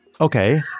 Okay